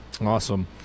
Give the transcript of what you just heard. Awesome